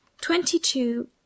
twenty-two